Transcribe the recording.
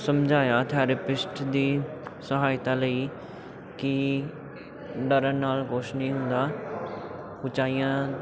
ਸਮਝਾਇਆ ਥੈਰਿਪਿਸਟ ਦੀ ਸਹਾਇਤਾ ਲਈ ਕਿ ਡਰਨ ਨਾਲ ਕੁਛ ਨਹੀਂ ਹੁੰਦਾ ਉਚਾਈਆਂ